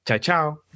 Ciao